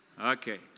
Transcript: Okay